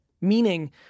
Meaning